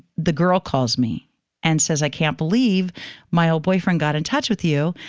the girl calls me and says, i can't believe my old boyfriend got in touch with you.